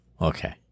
Okay